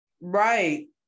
right